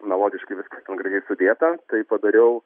melodiškai viskas ten gražiai sudėta tai padariau